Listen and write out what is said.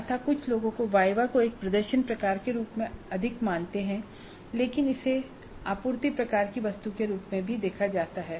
अतः कुछ लोग वायवा को एक प्रदर्शन प्रकार के रूप में अधिक मानते हैं लेकिन इसे आपूर्ति प्रकार की वस्तु के रूप में भी देखा जाता है